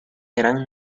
gran